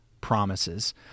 promises